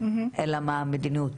אלא מה המדיניות.